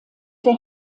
der